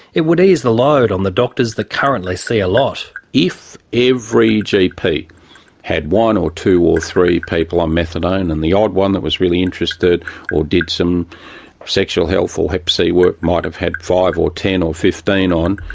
it would ease the load on the doctors that currently see a lot. if every gp had one or two or three people on methadone and the odd one that was really interested or did some sexual health or hep c work might have had five or ten or fifteen on,